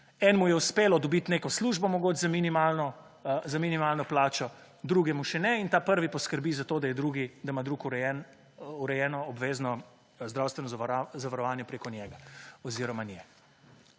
enemu je uspelo dobiti neko službo mogoče za minimalno plačo, drugemu še ne, in ta prvi poskrbi za to, da ima drugi urejeno obvezno zdravstveno zavarovanje preko njega oziroma nje.